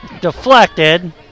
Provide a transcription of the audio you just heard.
Deflected